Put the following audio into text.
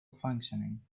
functioning